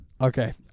Okay